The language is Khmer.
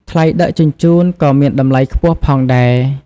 ថ្លៃដឹកជញ្ជូនក៏មានតម្លៃខ្ពស់ផងដែរ។